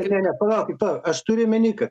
ne ne ne palaukit palaukit aš turiu omeny kad